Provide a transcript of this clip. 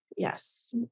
Yes